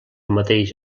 mateix